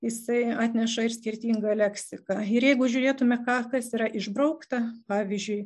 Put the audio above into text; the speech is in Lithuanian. jisai atneša ir skirtingą leksiką ir jeigu žiūrėtume ką kas yra išbraukta pavyzdžiui